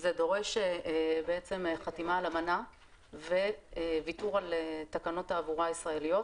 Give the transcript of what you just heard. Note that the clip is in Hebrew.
זה דורש חתימה על אמנה וויתור על תקנות תעבורה ישראליות,